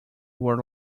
were